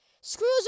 Screws